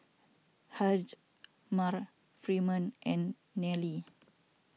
Hjalmar Freeman and Nelie